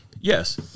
Yes